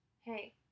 Hey